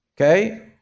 okay